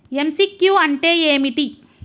MCQ అంటే ఏమిటి?